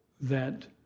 that